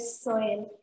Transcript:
soil